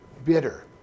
bitter